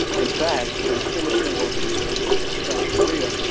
in fact in singapore and south korea,